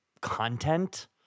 content